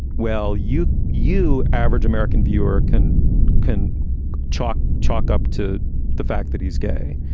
well, you you average american viewer can can chalk chalk up to the fact that he's gay.